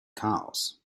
chaos